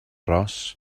ros